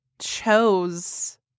chose